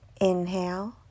inhale